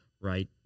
right